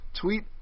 Tweet